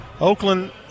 Oakland